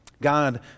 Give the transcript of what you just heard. God